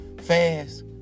fast